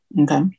Okay